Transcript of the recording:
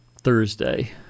Thursday